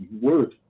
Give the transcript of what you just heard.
work